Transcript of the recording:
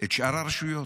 את שאר הרשויות.